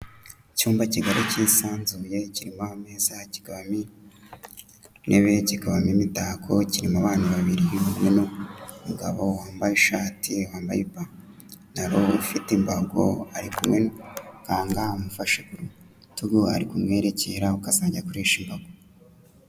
Icyumba kigali cyisanzuye kirimo ameza, kikabamo intebe, kikabamo imitako, kirimo abantu babiri, umwe ni umugabo wambaye ishati, wambaye ipantaro, ufite imbago, ari kumwe n'umuganga umufashe ku rutugu, ari kumwerekera uko azajya akoresha imbago.